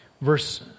Verse